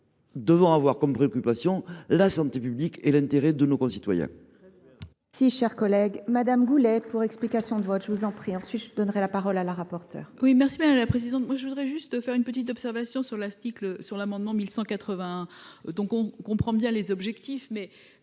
Nous devons avoir comme préoccupation la santé publique et l’intérêt de nos concitoyens.